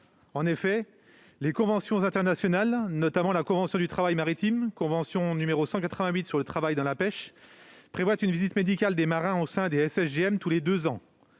En effet, les conventions internationales, notamment la convention du travail maritime et la convention n° 188 sur le travail dans la pêche, prévoient une visite médicale des marins au sein du SSGM tous les deux ans.